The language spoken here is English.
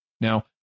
Now